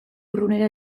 urrunera